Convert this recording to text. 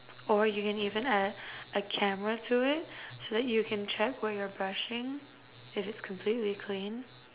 or you can even add a camera to it so that you can check where you're brushing if it's completely clean